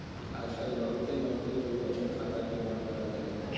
आजकल बहुते नौकरी मे भी बचत खाता के मांग करल जा हय